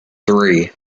three